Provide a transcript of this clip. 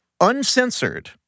uncensored